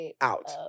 out